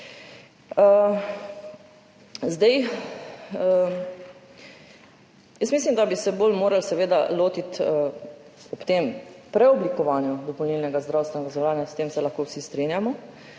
podpisati. Mislim, da bi se bolj morali lotiti – ob tem preoblikovanju dopolnilnega zdravstvenega zavarovanja, s tem se lahko vsi strinjamo,